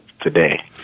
today